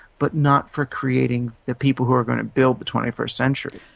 but not for creating the people who are going to build the twenty first century.